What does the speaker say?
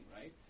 right